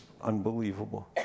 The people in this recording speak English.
unbelievable